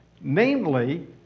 namely